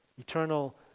eternal